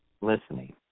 listening